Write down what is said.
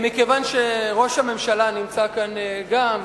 מכיוון שראש הממשלה נמצא כאן גם,